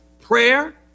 prayer